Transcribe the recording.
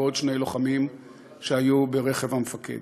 ועוד שני לוחמים שהיו ברכב המפקד.